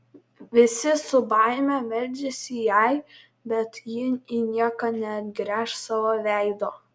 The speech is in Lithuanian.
visi su baime meldžiasi jai bet ji į nieką neatgręš savo veido